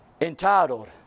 Entitled